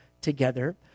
together